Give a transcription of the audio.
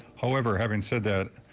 however, having said that,